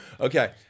Okay